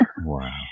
wow